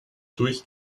durch